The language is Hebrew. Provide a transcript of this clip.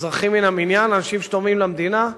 אזרחים מן המניין, אנשים שתורמים למדינה.